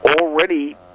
already